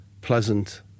pleasant